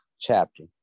chapter